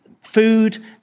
food